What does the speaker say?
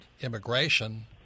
immigration